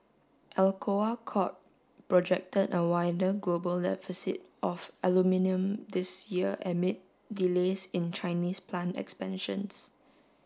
Alcoa Corp projected a wider global deficit of aluminium this year amid delays in Chinese plant expansions